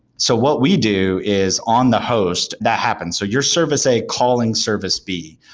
so what we do is, on the host that happens. so your service a calling service b.